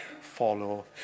follow